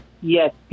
Yes